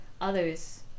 others